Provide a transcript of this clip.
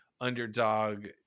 underdog